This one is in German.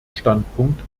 standpunkt